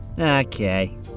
Okay